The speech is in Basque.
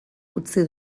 utzi